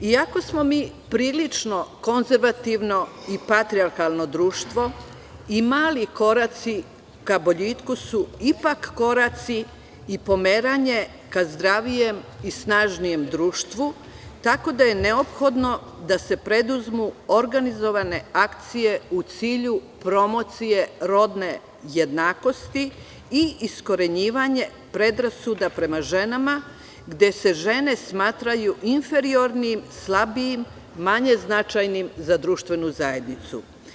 Iako smo mi prilično konzervativno i patrijarhalno društvo, i mali koraci ka boljitku su ipak koraci i pomeranje ka zdravijem i snažnijem društvu, tako da je neophodno da se preduzmu organizovane akcije u cilju promocije rodne jednakosti i iskorenjivanje predrasuda prema ženama, gde se žene smatraju inferiornim, slabijim, manje značajnim za društvenu zajednicu.